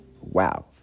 Wow